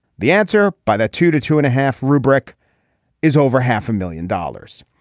the answer by the two to two and a half rubric is over half a million dollars.